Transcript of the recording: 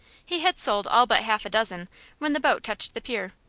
he had sold all but half a dozen when the boat touched the pier.